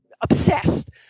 obsessed